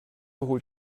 holt